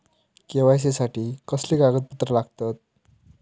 KYC साठी कसली कागदपत्र लागतत?